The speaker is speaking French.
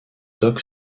doc